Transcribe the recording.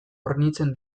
hornitzen